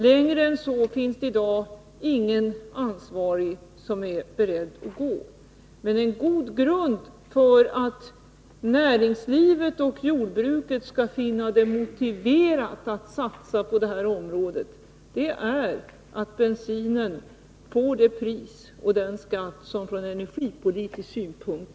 Längre än så är i dag ingen ansvarig beredd att gå. En god grund för att näringslivet och jordbruket skall finna det motiverat att satsa på detta är att bensinen får det pris och den beskattning som är lämplig från energipolitisk synpunkt.